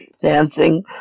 dancing